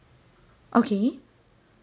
okay